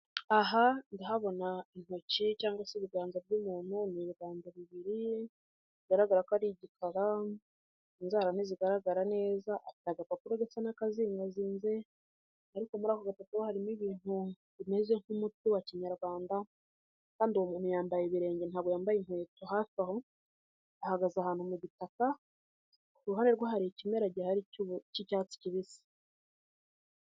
Aha ndahabona intoki cyangwa se ibiganza by'umuntu, ni ibiganza bibiri bigaragara ko ari igika, inzara ntizigaragara neza afite agapapuro ndetse aranakazingazinze ariko muri ako gapapuro harimo ibintu bimeze nk'umuti wa kinyarwanda kandi uwo umuntu yambaye ibirenge ntabwo yambaye inkweto, hafi aho ahagaze ahantu mu gitaka ku ruhare rwe hari ikimera gihari cy'icyatsi kibisi.